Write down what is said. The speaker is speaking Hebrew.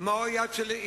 אני אומר: יפה.